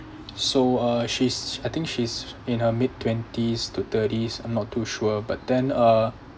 so uh she's I think she's in her mid twenties to thirties I'm not too sure but then uh